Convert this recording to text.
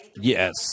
Yes